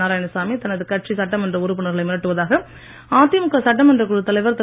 நாராயணசாமி தனது கட்சி சட்டமன்ற உறுப்பினர்களை மிரட்டுவதாக அதிமுக சட்டமன்ற குழு தலைவர் திரு